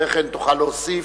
אחרי כן תוכל להוסיף.